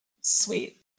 Sweet